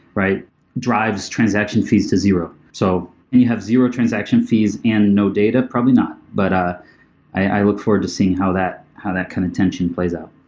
drives transaction fees to zero. so when you have zero transaction fees and no data, probably not. but ah i look forward to seeing how that how that kind of tension plays out.